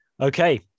Okay